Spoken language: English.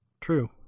True